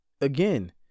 again